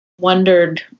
wondered